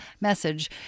message